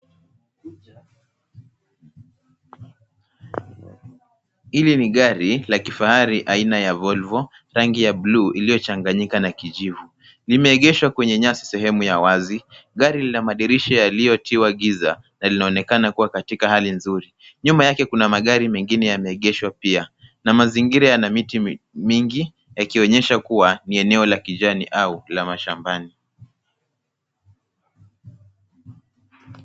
Hili ni gari la kifahari aina ya volvo rangi ya buluu iliyochanganyika na kijivu limeegeshwa kwenye nyasi sehemu ya wazi, gari lina madirisha yaliyotiwa giza na linaonekana kuwa katika hali nzuri ,nyuma yake kuna magari mengine yameegeshwa pia na mazingira yana miti mingi yakionyesha kuwa ni eneo la kijani au la mashambani.